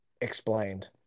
explained